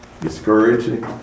discouraging